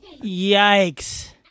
Yikes